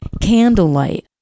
candlelight